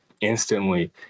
instantly